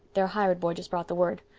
their hired boy just brought the word.